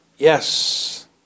Yes